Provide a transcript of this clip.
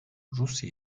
rusya